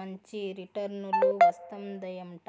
మంచి రిటర్నులు వస్తందయంట